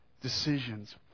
decisions